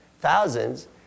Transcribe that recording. thousands